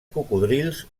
cocodrils